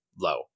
low